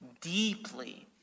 deeply